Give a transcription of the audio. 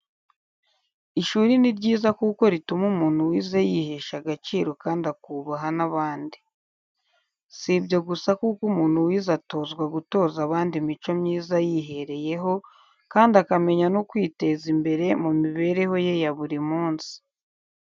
Ishuri ni ryiza kuko rituma umuntu wize yihesha agaciro kandi akubaha n'abandi. Si ibyo gusa kuko umuntu wize atozwa gutoza abandi imico myiza yihereyeho, kandi akamenya no kwiteza imbere mu mibereho ye ya buri munsi.